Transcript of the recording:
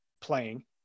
playing